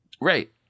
Right